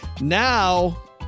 now